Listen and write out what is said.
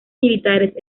militares